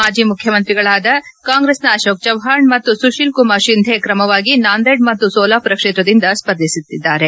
ಮಾಜಿ ಮುಖ್ಯಮಂತ್ರಿಗಳಾದ ಕಾಂಗ್ರೆಸ್ನ ಅಶೋಕ್ ಚವಾಣ್ ಮತ್ತು ಸುಶೀಲ್ ಕುಮಾರ್ ಶಿಂದೆ ಕ್ರಮವಾಗಿ ನಂದೇಡ್ ಮತ್ತು ಸೋಲಾಪುರ ಕ್ಷೇತ್ರದಿಂದ ಸ್ಪರ್ಧಿಸಿದ್ದಾರೆ